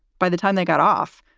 by the time they got off,